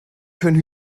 können